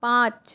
পাঁচ